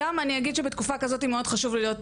וגם אני אגיד שבתקופה כזאתי חשוב לי להיות